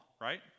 right